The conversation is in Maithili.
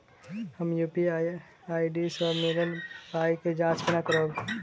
हम यु.पी.आई सअ मिलल पाई केँ जाँच केना करबै?